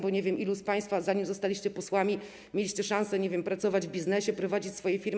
Bo nie wiem, ilu z państwa, zanim zostało posłami, miało szansę, nie wiem, pracować w biznesie, prowadzić swoje firmy.